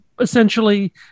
essentially